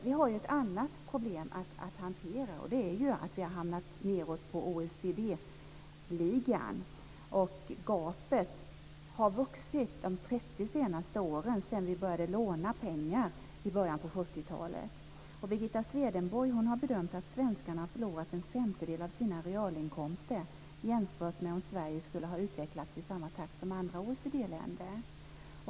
Vi har ett annat problem att hantera, och det är att vi har hamnat nedåt i OECD-ligan. Gapet har vuxit de 30 senaste åren sedan vi började låna pengar i början av 70-talet. Birgitta Swedenborg har bedömt att svenskarna förlorat en femtedel av sina realinkomster jämfört med om Sverige hade utvecklats i samma takt som andra OECD-länder.